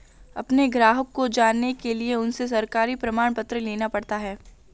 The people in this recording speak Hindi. अपने ग्राहक को जानने के लिए उनसे सरकारी प्रमाण पत्र लेना पड़ता है